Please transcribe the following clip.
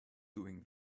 doing